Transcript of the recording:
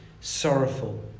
sorrowful